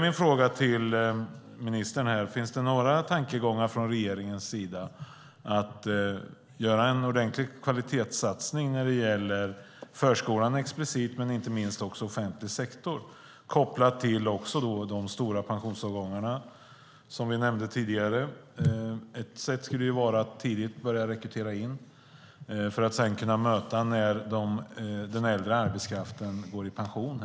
Min fråga till ministern är: Finns det några tankegångar från regeringens sida om att göra en ordentlig kvalitetssatsning när det gäller förskolan explicit, men inte minst offentlig sektor, också kopplat till de stora pensionsavgångar vi nämnde tidigare? Ett sätt skulle vara att tidigt börja rekrytera för att sedan kunna möta när den äldre arbetskraften framgent går i pension.